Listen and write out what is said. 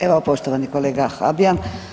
Evo, poštovani kolega Habijan.